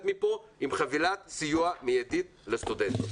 מפה עם חבילת סיוע מיידית לסטודנטים.